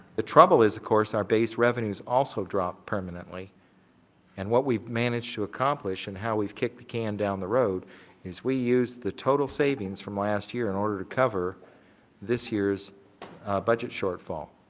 the trouble is of course, the base revenues also dropped permanently and what we managed to accomplish and how we've kicked the can down the road is we used the total savings from last year in order to cover this year's budget short fall.